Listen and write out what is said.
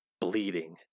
bleeding